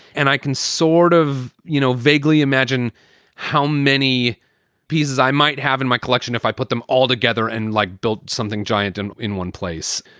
and i can sort of, you know, vaguely imagine how many pieces i might have in my collection if i put them all together and like, built something giant and in one place.